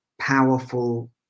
powerful